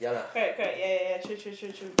correct correct yeah yeah yeah true true true true